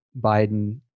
Biden